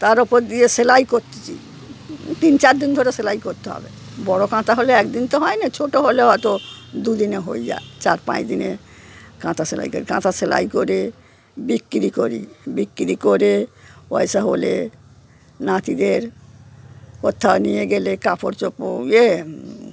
তার ওপর দিয়ে সেলাই করছি তিন চার দিন ধরে সেলাই করতে হবে বড়ো কাঁথা হলে একদিন তো হয় না ছোটো হলে হয়তো দুদিনে হয়ে যায় চার পাঁচ দিনে কাঁথা সেলাই করি কাঁথা সেলাই করে বিক্রি করি বিক্রি করে পয়সা হলে নাতিদের কোথাও নিয়ে গেলে কাপড় চোপড় ইয়ে